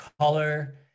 color